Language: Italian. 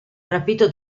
rapito